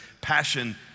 passion